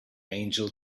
angel